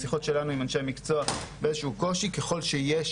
בשיחות שלנו עם אנשי מקצוע באיזה שהוא קושי וככל שיש